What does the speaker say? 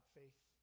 faith